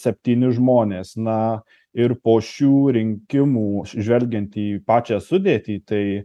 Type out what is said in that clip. septyni žmonės na ir po šių rinkimų žvelgiant į pačią sudėtį tai